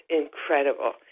incredible